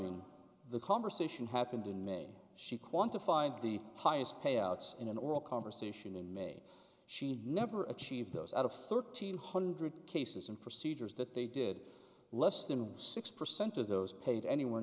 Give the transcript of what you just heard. of the conversation happened in may she quantified the highest payouts in an oral conversation in may she never achieved those out of thirteen hundred cases and procedures that they did less than six percent of those paid anywhere